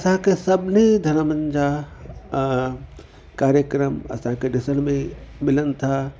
असांखे सभिनी धर्मनि जा कार्यक्रम असांखे ॾिसण में मिलनि था